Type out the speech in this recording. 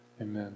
Amen